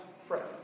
friends